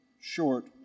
short